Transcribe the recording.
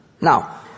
Now